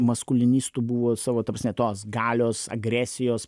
maskulinistų buvo savo ta prasme tos galios agresijos